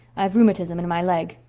i've rheumatism in my leg.